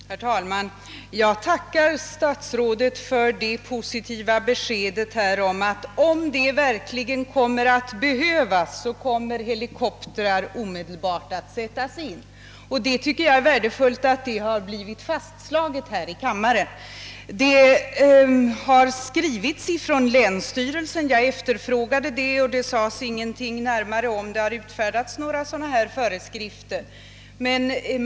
Herr talman! Jag tackar statsrådet för det positiva beskedet här om att — om det verkligen blir behövligt — helikoptrar omedelbart kommer att sättas in. Jag tycker att det är värdefullt att det har blivit fastslaget här i kammaren. Det har skrivits från länsstyrelsen — jag efterfrågade det men det sades ingenting närmare om huruvida några sådana föreskrifter hade utfärdats.